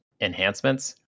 enhancements